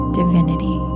divinity